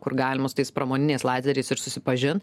kur galima su tais pramoniniais lazeriais ir susipažin